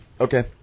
Okay